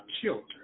children